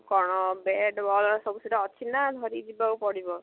କ'ଣ bat ball ସବୁ ସେଇଟା ଅଛିନା ଧରିକି ଯିବାକୁ ପଡ଼ିବ